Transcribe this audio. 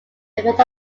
event